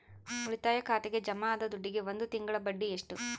ಉಳಿತಾಯ ಖಾತೆಗೆ ಜಮಾ ಆದ ದುಡ್ಡಿಗೆ ಒಂದು ತಿಂಗಳ ಬಡ್ಡಿ ಎಷ್ಟು?